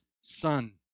son